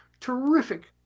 terrific